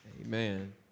Amen